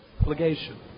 Obligation